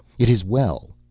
it is well!